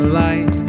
light